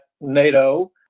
NATO